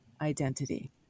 identity